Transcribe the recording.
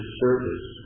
service